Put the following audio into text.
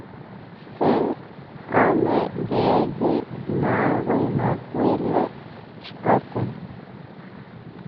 Se, ome, yeyi, nawi, makuili, chikuaseh.